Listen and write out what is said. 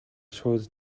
шууд